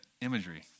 imagery